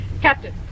Captain